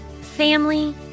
family